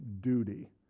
duty